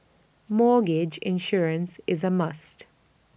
mortgage insurance is A must